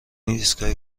ایستگاه